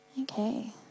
Okay